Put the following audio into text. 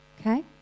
Okay